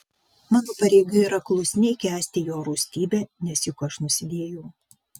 mano pareiga yra klusniai kęsti jo rūstybę nes juk aš nusidėjau